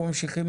אנחנו ממשיכים